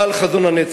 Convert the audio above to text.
בעל חזון הנצח,